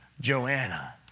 Joanna